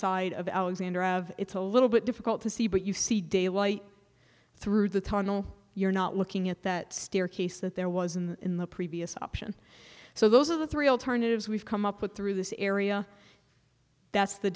side of alexandra it's a little bit difficult to see but you see daylight through the tunnel you're not looking at that staircase that there was in the previous option so those are the three alternatives we've come up with through this area that's the